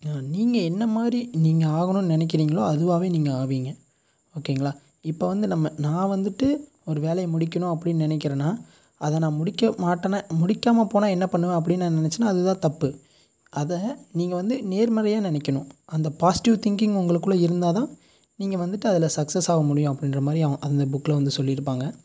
நீங்கள் என்ன மாதிரி நீங்கள் ஆகணுன்னு நினைக்கறீங்ளோ அதுவாகவே நீங்கள் ஆவீங்க ஓகேங்களா இப்போ வந்து நம்ம நான் வந்துட்டு ஒரு வேலையை முடிக்கணும் அப்படினு நினைக்கறேனா அதை நான் முடிக்க மாட்டேனா முடிக்காமல் போனால் என்ன பண்ணுவேன் அப்படினு நான் நினைச்சேனா அதுதான் தப்பு அதை நீங்கள் வந்து நேர்மறையாக நினைக்கணும் அந்த பாசிட்டிவ் திங்கிங் உங்களுக்குள்ளே இருந்தால்தான் நீங்கள் வந்துட்டு அதில் சக்சஸ் ஆக முடியும் அப்படின்ற மாதிரி அவங்க அந்த புக்கில் வந்து சொல்லியிருப்பாங்க